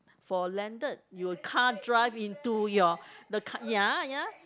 for landed your car drive into your the car ya ya